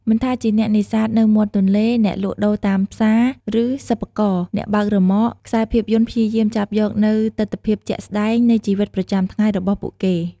មិនថាជាអ្នកនេសាទនៅមាត់ទន្លេ អ្នកលក់ដូរតាមផ្សារ ឬសិប្បករ អ្នកបើករ៉ឺម៉ក ខ្សែភាពយន្តព្យាយាមចាប់យកនូវទិដ្ឋភាពជាក់ស្ដែងនៃជីវិតប្រចាំថ្ងៃរបស់ពួកគេ ។